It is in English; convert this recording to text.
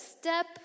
step